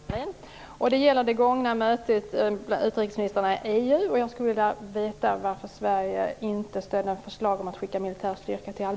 Fru talman! Jag har en fråga till utrikesministern. Det gäller det gångna mötet med utrikesministrarna inom EU. Jag skulle vilja veta varför Sverige inte ställde några förslag om att skicka militär styrka till